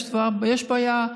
יש בעיה.